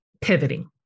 pivoting